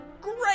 Great